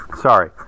Sorry